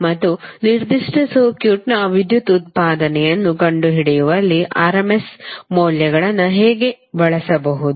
ಮತ್ತು ನಿರ್ದಿಷ್ಟ ಸರ್ಕ್ಯೂಟ್ನ ವಿದ್ಯುತ್ ಉತ್ಪಾದನೆಯನ್ನು ಕಂಡುಹಿಡಿಯುವಲ್ಲಿ RMS ಮೌಲ್ಯಗಳನ್ನು ಹೇಗೆ ಬಳಸಬಹುದು